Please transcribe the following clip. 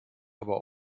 aber